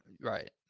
right